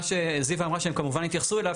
מה שזיוה אמרה שהם כמובן יתייחסו אליו,